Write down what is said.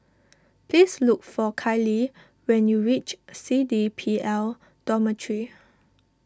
please look for Kailee when you reach C D P L Dormitory